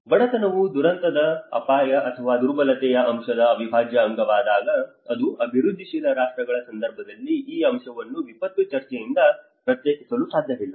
ಬಡತನವು ದುರಂತದ ಅಪಾಯ ಮತ್ತು ದುರ್ಬಲತೆಯ ಅಂಶದ ಅವಿಭಾಜ್ಯ ಅಂಗವಾದಾಗ ಮತ್ತು ಅಭಿವೃದ್ಧಿಶೀಲ ರಾಷ್ಟ್ರಗಳ ಸಂದರ್ಭದಲ್ಲಿ ಈ ಅಂಶವನ್ನು ವಿಪತ್ತು ಚರ್ಚೆಯಿಂದ ಪ್ರತ್ಯೇಕಿಸಲು ಸಾಧ್ಯವಿಲ್ಲ